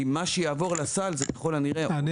כי מה שיעובר לסל זה ככל הנראה --- אני